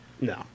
No